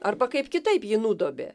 arba kaip kitaip jį nudobė